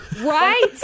Right